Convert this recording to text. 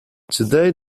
today